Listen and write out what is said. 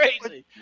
crazy